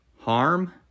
harm